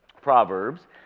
Proverbs